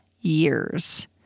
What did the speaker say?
years